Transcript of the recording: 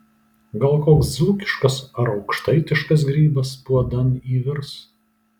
gal koks dzūkiškas ar aukštaitiškas grybas puodan įvirs